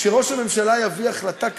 כשראש הממשלה יביא החלטה קפריזית,